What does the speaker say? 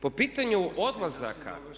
Po pitanju odlazaka.